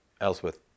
Ellsworth